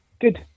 Good